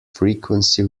frequency